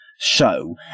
show